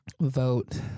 vote